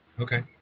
Okay